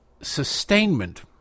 sustainment